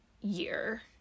year